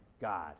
God